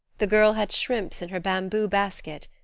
the girl had shrimps in her bamboo basket.